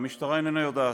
והמשטרה איננה יודעת,